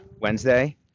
Wednesday